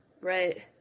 Right